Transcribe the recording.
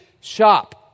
shop